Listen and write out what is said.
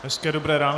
Hezké dobré ráno.